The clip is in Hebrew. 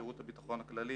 שירות הביטחון הכללי,